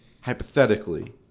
hypothetically